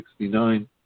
1969